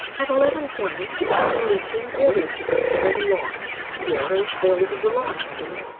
at eleven twenty, captain lyachin ordered to prepare the launch. water filled the launch tube.